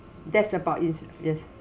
that's about it's just